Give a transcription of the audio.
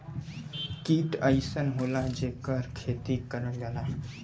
कीट अइसन होला जेकर खेती करल जाला